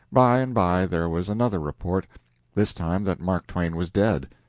by and by there was another report this time that mark twain was dead.